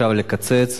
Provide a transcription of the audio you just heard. אפשר לקצץ,